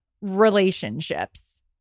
relationships